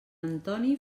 antoni